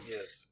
Yes